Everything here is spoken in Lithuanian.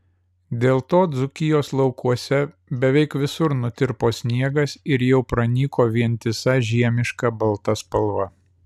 dėl to dzūkijos laukuose beveik visur nutirpo sniegas ir jau pranyko vientisa žiemiška balta spalva